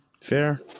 Fair